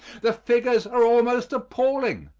the figures are almost appalling.